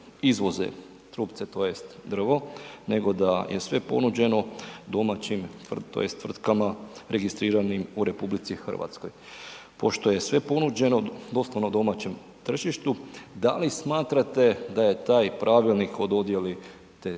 izvoze trupce tj. drvo nego da je sve ponuđeno domaćim tj. tvrtkama registriranim u RH. Pošto je sve ponuđeno doslovno domaćem tržištu, da li smatrate da je taj pravilnik o dodjeli tih